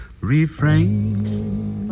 refrain